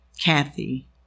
Kathy